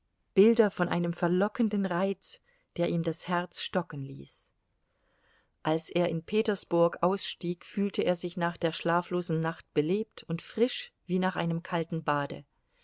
bilder von einem verlockenden reiz der ihm das herz stocken ließ als er in petersburg ausstieg fühlte er sich nach der schlaflosen nacht belebt und frisch wie nach einem kalten bade